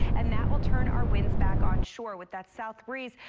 and that will turn our winds back on shore with that south breeze.